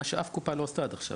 מה שאף קופה לא עשתה עד עכשיו.